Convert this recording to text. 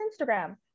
instagram